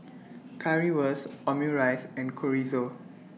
Currywurst Omurice and Chorizo